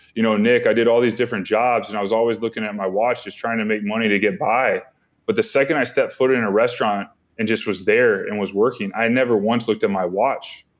you know, nick, i did all these different jobs and i was always looking at my watch just trying to make money to get by but the second i stepped foot in a restaurant and just was there and was working i never once looked at my watch.